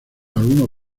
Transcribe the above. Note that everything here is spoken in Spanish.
algunos